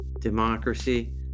Democracy